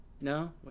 No